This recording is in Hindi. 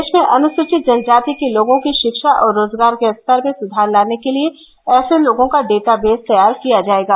देष अनुसूचित जनजाति के लोगों के षिक्षा और रोजगार के स्तर में सुधार लाने के लिए ऐसे लोगों का डेटावेस तैयार किया जायेगा